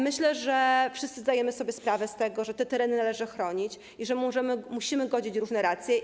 Myślę, że wszyscy zdajemy sobie sprawę z tego, że te tereny należy chronić i że musimy godzić różne racje.